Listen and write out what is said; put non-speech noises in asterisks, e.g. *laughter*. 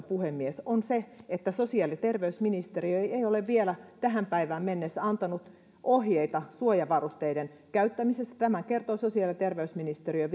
*unintelligible* puhemies on se että sosiaali ja terveysministeriö ei ei ole vielä tähän päivään mennessä antanut ohjeita suojavarusteiden käyttämisestä tämän kertoi sosiaali ja terveysministeriö *unintelligible*